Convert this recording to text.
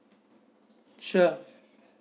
sure